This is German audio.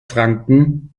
franken